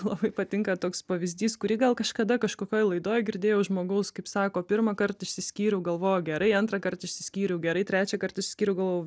labai patinka toks pavyzdys kurį gal kažkada kažkokioj laidoj girdėjau žmogaus kaip sako pirmąkart išsiskyriau galvoju gerai antrąkart issiskyriau gerai trečiąkart išsiskyriau galvojau